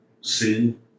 sin